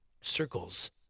circles